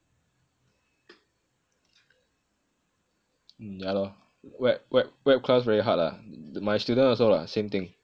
mm yah lor web web web class very hard lah my student also lah same thing